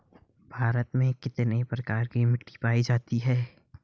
भारत में कितने प्रकार की मिट्टी पाई जाती हैं?